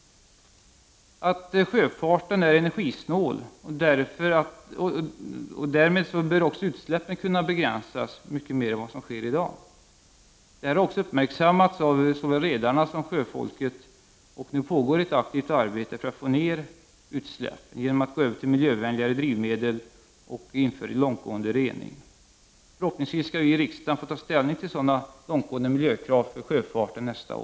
Att sjöfarten är energisnål. Därmed bör utsläppen kunna begränsas mycket mer än vad som sker i dag. Det har också uppmärksammats av såväl redarna som sjöfolket, och nu pågår ett aktivt arbete för att få ner utsläppen genom att gå över till miljövänliga drivmedel och införa långtgående rening. Förhoppningsvis skall vi i riksdagen få ta ställning till sådana långtgående miljökrav för sjöfarten nästa år.